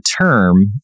term